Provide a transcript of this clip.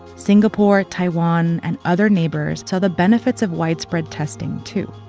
singapore, taiwan, and other neighbors saw the benefits of widespread testing too.